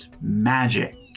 magic